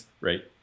Right